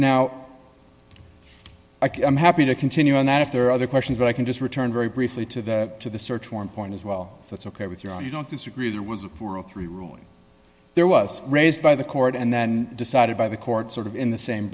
now i'm happy to continue on that if there are other questions but i can just return very briefly to the to the search warrant point as well that's ok with you on you don't disagree there was a world three ruling there was raised by the court and then decided by the court sort of in the same